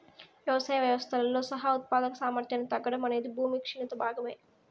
వ్యవసాయ వ్యవస్థలతో సహా ఉత్పాదక సామర్థ్యాన్ని తగ్గడం అనేది భూమి క్షీణత భాగమే